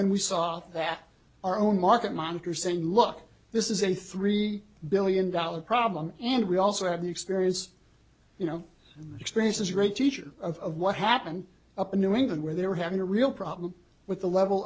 and we saw that our own market monikers and look this is a three billion dollars problem and we also have the experience you know experience is a great teacher of what happened up in new england where they were having a real problem with the level